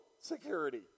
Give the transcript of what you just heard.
security